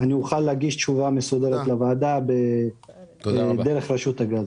אני אוכל להגיש תשובה מסודרת לוועדה על השאלה ששאלת דרך רשות הגז.